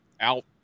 out –